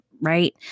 right